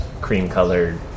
cream-colored